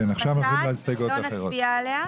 לא נצביע עליה.